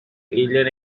alien